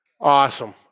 Awesome